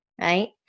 Right